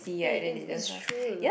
is is is true